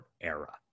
era